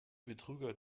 betrüger